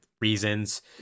reasons